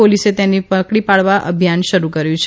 પોલીસે તેઓને પકડી પાડવા અભિયાન શરૂ કર્યું છે